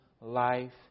life